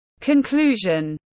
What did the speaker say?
Conclusion